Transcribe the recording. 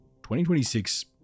2026